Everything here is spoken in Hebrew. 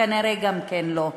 כנראה גם כן לא.